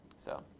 so